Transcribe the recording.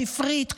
שפרית,